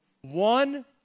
One